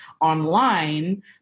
online